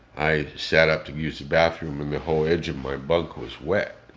i sat up to use the bathroom, and the whole edge of my bunk was wet.